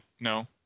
No